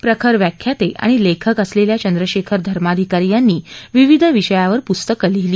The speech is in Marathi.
प्रखर व्याख्याते आणि लेखक असलेल्या चंद्रशेखर धर्माधिकारी यांनी विविध विषयावर पुस्तक लिहिली